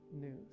news